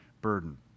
burden